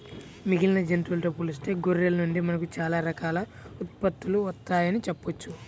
మిగిలిన జంతువులతో పోలిస్తే గొర్రెల నుండి మనకు చాలా రకాల ఉత్పత్తులు వత్తయ్యని చెప్పొచ్చు